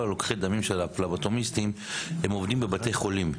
כל לוקחי הדמים של הפלבוטומיסטים עובדים בבתי חולים.